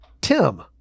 Tim